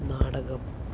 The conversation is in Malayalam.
നാടകം